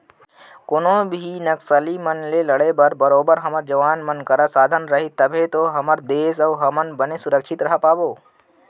कोनो भी नक्सली मन ले लड़े बर बरोबर हमर जवान मन करा साधन रही तभे तो हमर देस अउ हमन बने सुरक्छित रहें पाबो